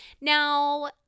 Now